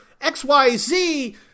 XYZ